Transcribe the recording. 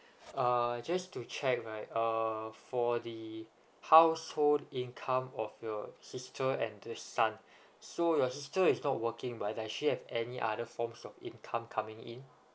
uh just to check right uh for the household income of your sister and the son so your sister is not working but does she have any other forms of income coming in